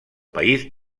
país